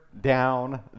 down